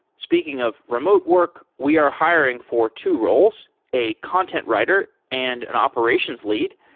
speaking of remote work, we are hiring for two roles, a content writer and an operations lead.